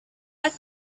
but